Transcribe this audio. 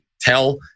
tell